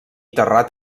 terrat